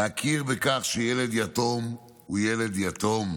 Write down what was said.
והוא להכיר בכך שילד יתום הוא ילד יתום,